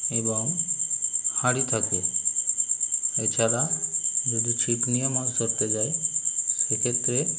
এবং হাঁড়ি থাকে এছাড়া যদি ছিপ নিয়ে মাছ ধরতে যাই সেক্ষেত্রে